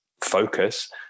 focus